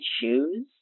Shoes